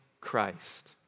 Christ